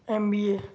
M B A